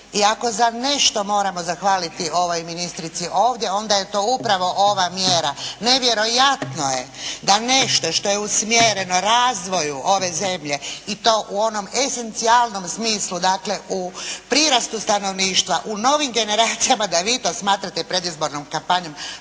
i ako za nešto moramo zahvaliti ovoj ministrici ovdje onda je to upravo ova mjera. Nevjerojatno je da nešto što je usmjereno razvoju ove zemlje i to u onom esencijalnom smislu dakle u prirastu stanovništva u novim generacijama da vi to smatrate predizbornom kampanjom.